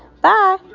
Bye